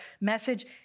message